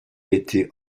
été